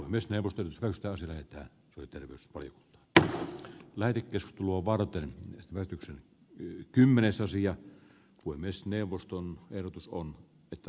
myös hevosten rustosille että työterveys oy b lääkitys luovan otteen välityksen yh kymmenesosia kuin myös kun täällä on että